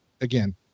again